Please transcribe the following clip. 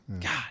God